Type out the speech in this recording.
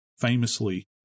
Famously